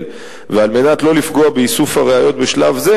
ועל מנת לא לפגוע באיסוף הראיות בשלב זה,